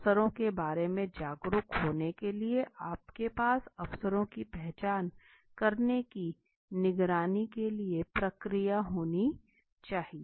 अवसरों के बारे में जागरूक होने के लिए आपके पास अवसरों की पहचान करने की निगरानी के लिए प्रक्रिया होनी चाहिए